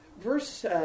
Verse